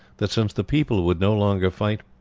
that since the people would no longer fight,